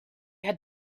had